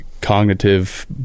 cognitive